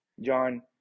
John